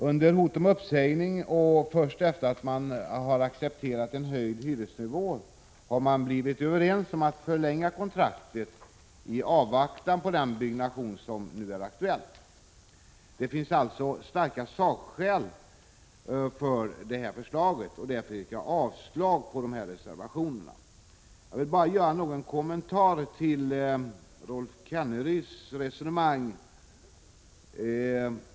Under hot om uppsägning och först efter det att en höjd hyresnivå accepterats har man blivit överens om att förlänga kontraktet i avvaktan på den byggnation som nu är aktuell. Det finns alltså starka sakskäl för detta förslag, och därför yrkar jag avslag på dessa reservationer. Jag vill bara något kommentera Rolf Kenneryds resonemang.